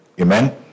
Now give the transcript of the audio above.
Amen